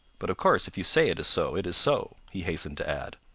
but of course if you say it is so, it is so, he hastened to add.